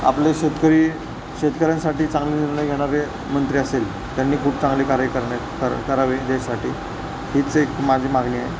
आपले शेतकरी शेतकऱ्यांसाठी चांगले निर्णय घेणारे मंत्री असेल त्यांनी खूप चांगले कार्य करणे कर करावे देशासाठी हीच एक माझी मागणी आहे